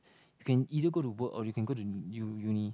you can either go to work or you can go to new uni